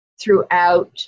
throughout